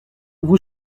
vous